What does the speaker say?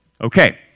Okay